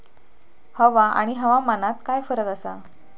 हवा आणि हवामानात काय फरक असा?